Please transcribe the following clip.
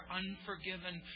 unforgiven